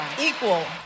equal